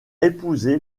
épousé